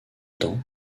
temps